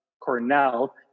Cornell